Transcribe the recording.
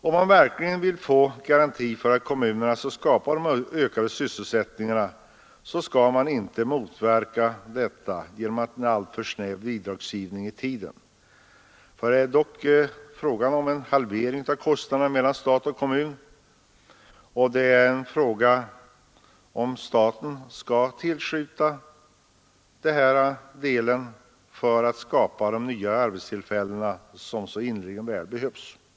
Om man verkligen vill få en garanti för att kommunerna skall skapa de önskade sysselsättningstillfällena, skall dessa inte motverkas genom en tidsmässigt alltför snäv bidragsgivning. Vad det gäller är att kostnaderna skall fördelas lika mellan stat och kommun för att de nya arbetstillfällen som så innerligen väl behövs skall skapas.